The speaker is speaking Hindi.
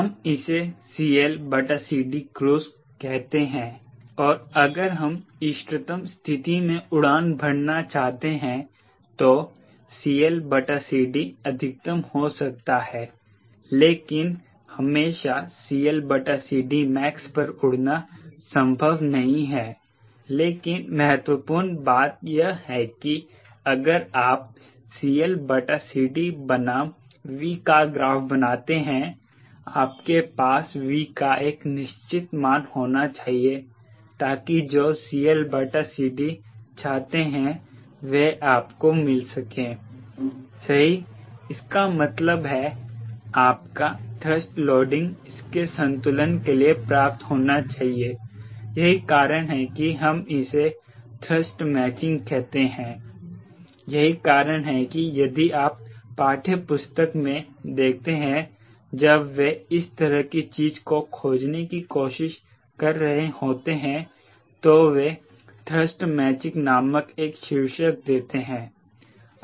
हम इसे CLCDcruise कहते हैं और अगर हम इष्टतम स्थिति में उड़ान भरना चाहते हैं तो CLCD अधिकतम हो सकता है लेकिन हमेशा CLCDmax पर उड़ना संभव नहीं है लेकिन महत्वपूर्ण बात यह है कि अगर आप CLCD बनाम V का ग्राफ बनाते हैं आपके पास V का एक निश्चित मान होना चाहिए ताकि जो CLCDचाहते हैं वह आपको मिल सके सही इसका मतलब है आपका थ्रस्ट लोडिंग इसके संतुलन के लिए पर्याप्त होना चाहिए यही कारण है कि हम इसे थ्रस्ट मैचिंग कहते हैं यही कारण है कि यदि आप पाठ्यपुस्तक में देखते हैं जब वे इस तरह की चीज को खोजने की कोशिश कर रहे होते हैं तो वे थ्रस्ट मैचिंग नामक एक शीर्षक देते हैं